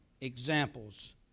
examples